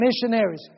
missionaries